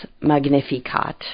Magnificat